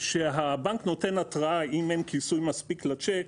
שהבנק נותן התראה אם אין כיסוי מספיק לצ'ק.